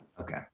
Okay